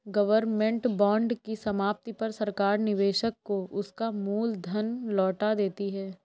government bond की समाप्ति पर सरकार निवेशक को उसका मूल धन लौटा देती है